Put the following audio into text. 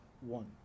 one